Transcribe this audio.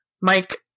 Mike